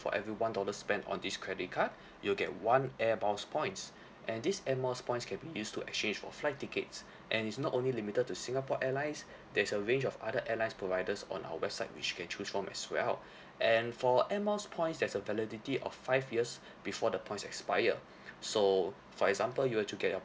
for every one dollar spent on this credit card you'll get one air miles points and this air miles points can be used to exchange for flight tickets and is not only limited to singapore airlines there's a range of other airlines providers on our website which you can choose from as well and for air miles points there's a validity of five years before the points expire so for example if you were to get your